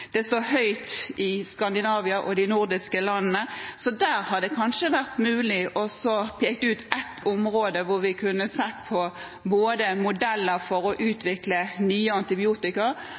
det står høyt i Skandinavia og de nordiske landene – så der hadde det kanskje vært mulig å peke ut et område hvor vi kunne sett på modeller for å utvikle nye